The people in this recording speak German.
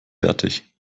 fertig